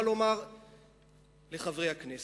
מה לומר לחברי הכנסת.